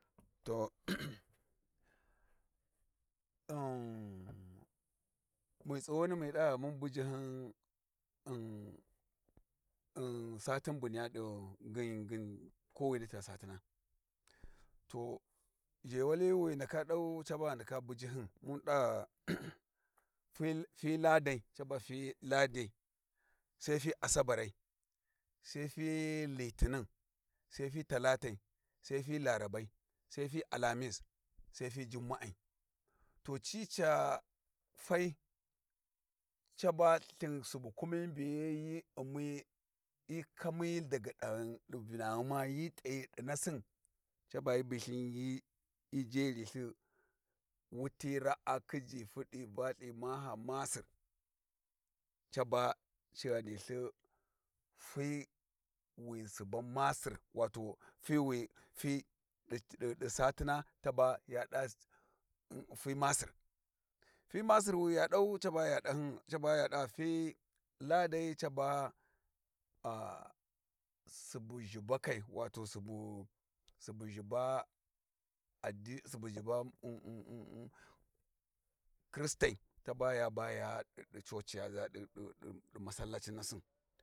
To mi tsugyuni mi ɗa mun bujihyum satin bu niyya ɗi ngin ngin ko wini ta satina. To zhewli wi ghu ndaka dau caba ghi ndaka bujihyum, mun da fi ladai caba fi Ladai sai fi Asabarai, sai fi Lihinin, sai fi Talatai, sa fi Larabai, sai fi Alhamis, sai fi Jumma'ai. To cica fai caba lthin subu kumi mbiyayi u'mi hyi kami daga dahyi vinaghuma hyi t'ayi ɗi nassin caba hyi jeri lthin, wuti raa, khijji, fudi, valth, maha masir caba ci ghani lthi fiwi subun masir wato fiwi di satina ta baya ɗa fi masir, fi masir wi ya ɗau ca baya ɗa fi Ladai ca ba subu zhibakai wato su subu zhiba addi subu zhiba kristai caba yaba ɗi coci yaba ɗi masallacin nassin.